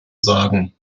sagen